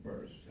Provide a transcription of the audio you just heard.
first